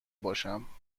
باشم